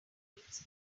names